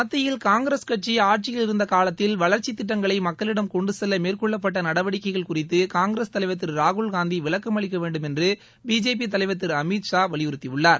மத்தியில் காங்கிரஸ் கட்சி ஆட்சியில் இருந்த காலத்தில் வளர்ச்சி திட்டங்களை மக்களிடம் கொண்டுசெல்ல மேற்கொள்ளப்பட்ட நடவடிக்கைகள் குறித்து காங்கிரஸ் தலைவர் திரு ராகுல்காந்தி விளக்கமளிக்கவேண்டும் என்று பிஜேபி தலைவர் திரு அமீத்ஷா வலியுறுத்தியுள்ளார்